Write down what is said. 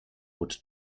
would